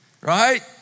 right